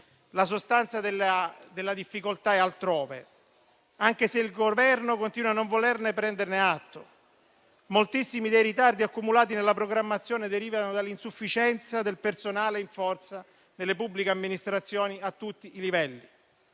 La sostanza della difficoltà è altrove: anche se il Governo continua a non volerne prendere atto, moltissimi dei ritardi accumulati nella programmazione derivano dall'insufficienza del personale in forza nelle pubbliche amministrazioni a tutti i livelli.